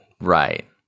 right